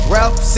Ralph